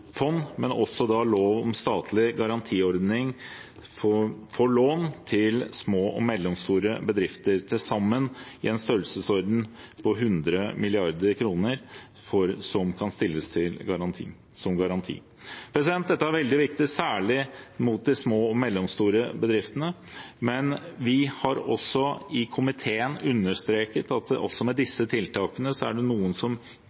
obligasjonsfond, men også lov om statlig garantiordning for lån til små og mellomstore bedrifter – til sammen i størrelsesorden 100 mrd. kr, som kan stilles som garanti. Dette er veldig viktig, særlig inn mot de små og mellomstore bedriftene. Men vi har i komiteen understreket at også med disse tiltakene er det noen som